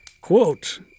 quote